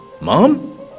Mom